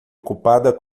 ocupada